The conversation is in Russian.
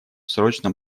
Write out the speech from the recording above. срочном